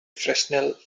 fresnel